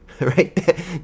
right